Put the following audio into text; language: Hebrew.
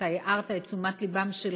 שאתה הערת את תשומת לבם של